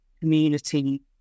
community